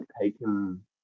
taken